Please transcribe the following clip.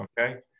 Okay